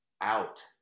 out